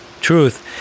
truth